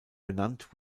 benannt